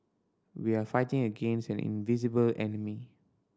we are fighting against an invisible enemy